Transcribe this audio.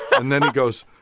and then he goes,